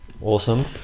Awesome